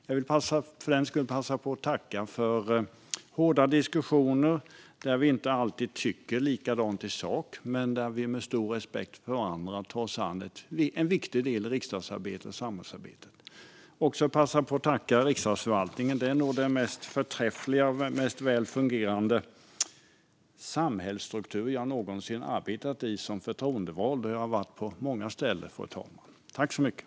Jag vill därför passa på att tacka för hårda diskussioner där vi inte alltid tycker likadant i sak men med stor respekt för varandra tar oss an en viktig del av riksdagsarbetet och samhällsarbetet. Jag vill också passa på att tacka Riksdagsförvaltningen. Det är nog den mest förträffliga och mest väl fungerande samhällsstruktur jag någonsin har arbetat i som förtroendevald, och jag har varit på många ställen, fru talman. Tack så mycket!